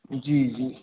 जी जी